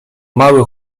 mały